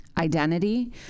Identity